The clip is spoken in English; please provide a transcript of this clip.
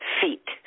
feet